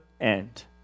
end